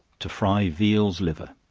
to fry veal's liver.